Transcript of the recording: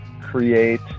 create